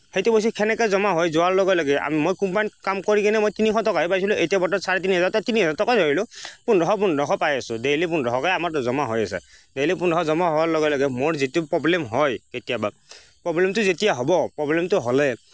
সেইটো পইচা সেনেকৈ জমা হৈ যোৱাৰ লগে লগে আমি মই কোম্পানীত কাম কৰি কিনে মই তিনিশ টকাহে পাইছিলোঁ এতিয়া বৰ্তমান চাৰে তিনি হাজাৰ টকা তিনি হাজাৰ টকাই ধৰিলোঁ পোন্ধৰশ পোন্ধৰশ পাই আছোঁ দেইলি পোন্ধৰশকৈ আমাৰ দুজনৰ জমা হৈ আছে দেইলি পোন্ধৰশ জমা হোৱাৰ লগে লগে মোৰ যিটো প্ৰব্লেম হয় কেতিয়াবা প্ৰেব্লেমটো যেতিয়া হ'ব প্ৰব্লেমটো হ'লে